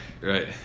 right